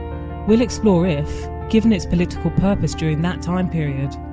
we'll explore if, given it's political purpose during that time period,